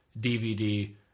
DVD